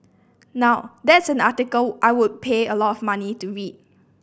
now that's an article I would pay a lot of money to read